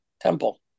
Temple